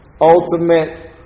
ultimate